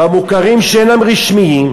במוכרים שאינם רשמיים,